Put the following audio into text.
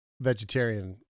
vegetarian